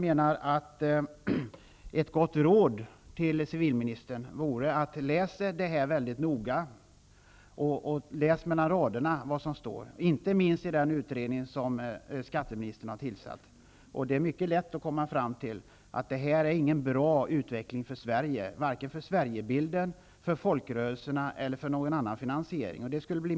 Ett gott råd till civilministern är: Läs utredningarna noga, och läs vad som står mellan raderna, inte minst i rapporten från den utredning som skatteministern har tillsatt. Det är mycket lätt att komma fram till att de här inte är någon bra utveckling för Sverige, vare sig för Sverigebilden, för folkrörelserna eller för någon annan finansiering.